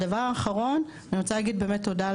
הדבר האחרון אני רוצה להגיד תודה על